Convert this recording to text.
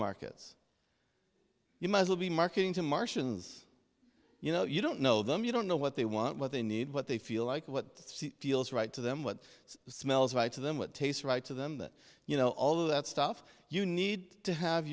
markets you mazel be marketing to martians you know you don't know them you don't know what they want what they need what they feel like what feels right to them what smells right to them what tastes right to them that you know all of that stuff you need to have